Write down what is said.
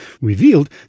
revealed